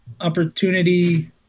opportunity